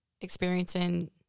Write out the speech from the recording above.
experiencing